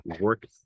work